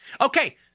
Okay